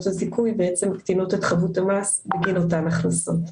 הזיכוי בעצם מקטינות את חבות המס בגין אותן הכנסות.